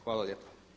Hvala lijepa.